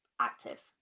active